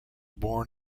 born